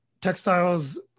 textiles